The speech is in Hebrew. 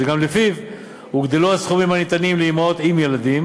שגם לפיו הוגדלו הסכומים הניתנים לאימהות עם ילדים.